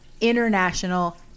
international